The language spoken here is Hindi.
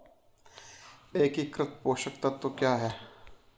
एकीकृत पोषक तत्व क्या है?